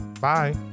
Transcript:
Bye